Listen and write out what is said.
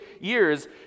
years